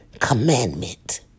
commandment